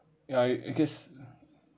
ya I guess